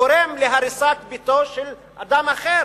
גורם להריסת ביתו של אדם אחר?